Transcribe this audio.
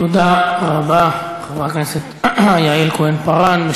חברת הכנסת יעל כהן-פארן.